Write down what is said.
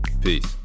Peace